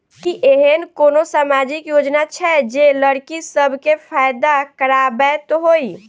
की एहेन कोनो सामाजिक योजना छै जे लड़की सब केँ फैदा कराबैत होइ?